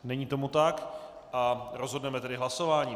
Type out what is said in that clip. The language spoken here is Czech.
Není tomu tak a rozhodneme tedy hlasováním.